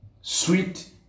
Sweet